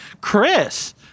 Chris